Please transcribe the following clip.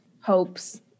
hopes